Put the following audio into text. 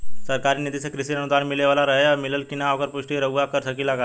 सरकार निधि से कृषक अनुदान मिले वाला रहे और मिलल कि ना ओकर पुष्टि रउवा कर सकी ला का?